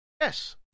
Yes